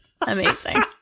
Amazing